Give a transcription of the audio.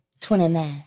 29